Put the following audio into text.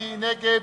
מי נגד?